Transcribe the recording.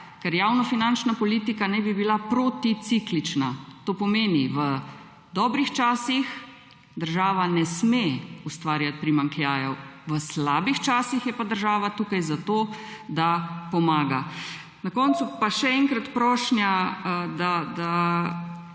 Ker javnofinančna politika naj bi bila proticiklična, to pomeni, v dobrih časih država ne sme ustvarjati primanjkljajev, v slabih časih je pa država tukaj zato, da pomaga. Na koncu pa še enkrat prošnja, da